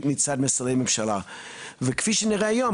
מצד משרדים ממשלה וכפי שנראה היום,